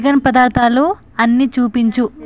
vegan పధార్దాల్లో అన్ని చూపించు